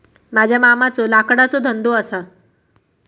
माझ्या मामाचो लाकडाचो धंदो असा